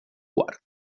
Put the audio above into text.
quart